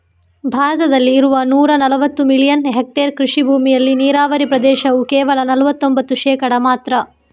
ಭಾರತದಲ್ಲಿ ಇರುವ ನೂರಾ ನಲವತ್ತು ಮಿಲಿಯನ್ ಹೆಕ್ಟೇರ್ ಕೃಷಿ ಭೂಮಿಯಲ್ಲಿ ನೀರಾವರಿ ಪ್ರದೇಶವು ಕೇವಲ ನಲವತ್ತೊಂಭತ್ತು ಶೇಕಡಾ ಮಾತ್ರ